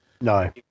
No